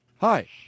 Hi